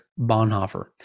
Bonhoeffer